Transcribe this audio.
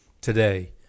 today